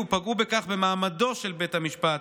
ופגעו בכך במעמדו של בית המשפט,